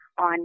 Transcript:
on